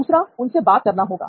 दूसरा उनसे बात करना होगा